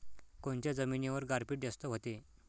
कोनच्या जमिनीवर गारपीट जास्त व्हते?